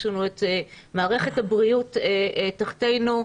יש לנו את מערכת הבריאות תחתנו.